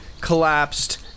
Collapsed